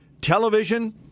television